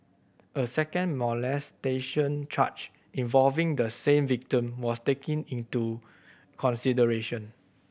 a second molestation charge involving the same victim was taken into consideration